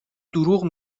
دروغ